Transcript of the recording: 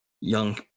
young